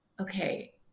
okay